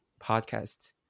podcasts